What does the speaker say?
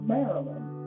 Maryland